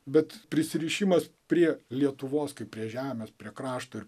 bet prisirišimas prie lietuvos kaip prie žemės prie krašto ir